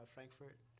Frankfurt